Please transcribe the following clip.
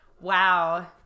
wow